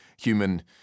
human